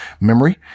memory